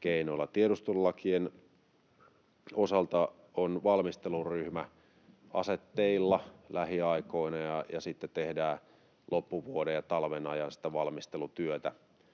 keinoilla. Tiedustelulakien osalta on valmisteluryhmä asetteilla lähiaikoina. Sitten tehdään loppuvuoden ja talven ajan sitä valmistelutyötä,